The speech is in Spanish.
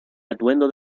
atuendo